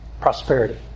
prosperity